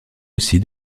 aussi